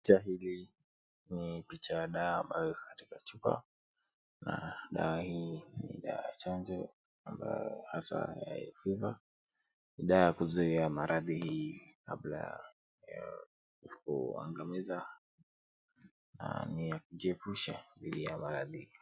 Picha hili ni picha ya dawa ambayo iko katika chupa, na dawa hii ni dawa ya chanjo ambayo hasa ya yellow fever . Ni dawa ya kuzuia maradhi kabla ya kukuangamiza na ni ya kujiepusha dhidi ya maradhi.